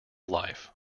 life